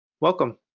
Welcome